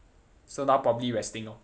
so now probably resting orh